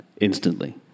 instantly